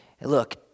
look